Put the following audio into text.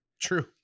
True